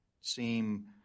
seem